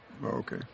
okay